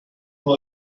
uno